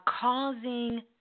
causing